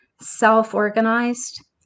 self-organized